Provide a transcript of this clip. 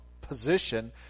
position